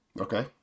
Okay